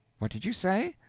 what did you say?